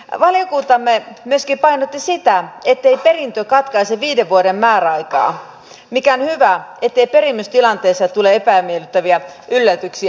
valiokuntamme myöskin painotti sitä ettei perintö katkaise viiden vuoden määräaikaa mikä on hyvä ettei perimistilanteessa tule epämiellyttäviä yllätyksiä